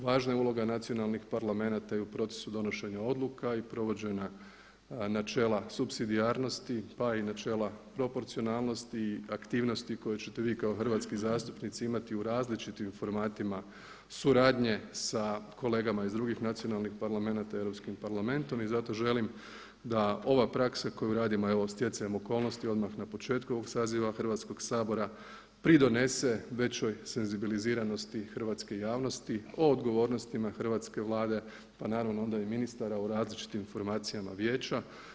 Važna je uloga nacionalnih parlamenata i u procesu donošenja odluka i provođenja načela supsidijarnosti, pa i načela proporcionalnosti, aktivnosti koje ćete vi kao hrvatski zastupnici imati u različitim formatima suradnje sa kolegama iz drugih nacionalnih parlamenata i Europskim parlamentom i zato želim da ova praksa koju radimo, evo stjecajem okolnosti odmah na početku ovog saziva Hrvatskog sabora pridonese većoj senzibiliziranosti hrvatske javnosti o odgovornostima hrvatske Vlade, pa naravno onda i ministara u različitim formacijama Vijeća.